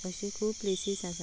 अशे खूब प्लेसीस आसा